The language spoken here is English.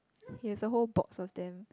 here's the whole boxes then